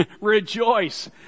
Rejoice